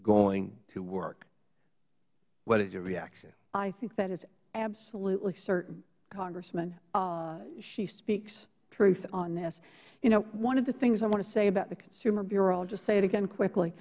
going to work what is your reaction ms warren i think that is absolutely certain congressman she speaks truth on this you know one of the things i want to say about the consumer bureau and i'll just say it again quickly